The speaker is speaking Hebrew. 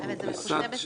רגע.